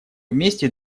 вместе